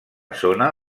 zona